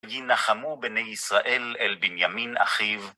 ויינחמו בני ישראל אל בנימין אחיו.